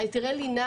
היתרי הבנייה,